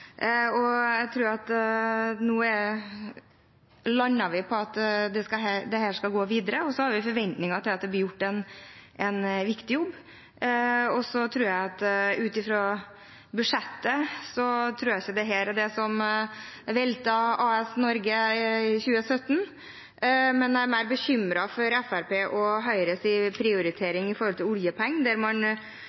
Jeg tror vi nå lander på at dette skal gå videre, og så har vi forventninger til at det blir gjort en viktig jobb. Ut fra budsjettet tror jeg ikke dette er det som velter AS Norge i 2017, jeg er mer bekymret for Fremskrittspartiet og Høyres prioritering av oljepenger, der man nå bruker så mye oljepenger at hvis man